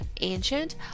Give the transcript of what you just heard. ancient